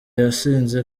yasinze